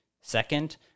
Second